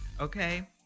Okay